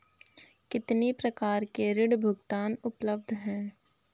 कितनी प्रकार के ऋण भुगतान उपलब्ध हैं?